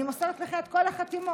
אני מוסרת לך את כל החתימות.